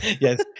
Yes